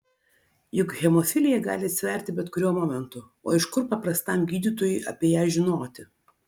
juk hemofilija gali atsiverti bet kuriuo momentu o iš kur paprastam gydytojui apie ją žinoti